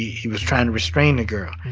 he was trying restrain the girl.